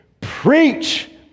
Preach